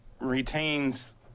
retains